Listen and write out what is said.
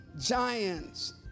giants